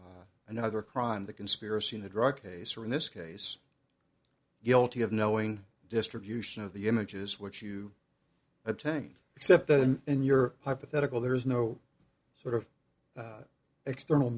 another crime the conspiracy in the drug case or in this case guilty of knowing distribution of the images which you obtained except in your hypothetical there is no sort of external